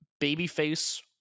babyface